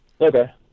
Okay